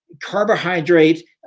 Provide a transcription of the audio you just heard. carbohydrate